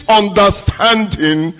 understanding